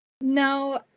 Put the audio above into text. No